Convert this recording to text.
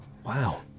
Wow